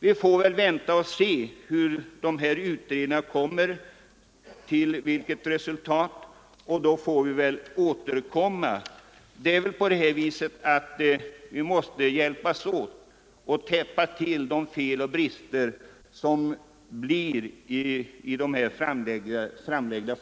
Vi får väl vänta och se vilket resultat de pågående utredningarna kommer till och sedan återkomma. Vi måste hjälpas åt att reparera de fel och brister som finns i de förslag som framläggs.